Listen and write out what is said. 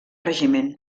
regiment